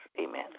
Amen